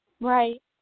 Right